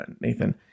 Nathan